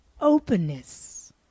openness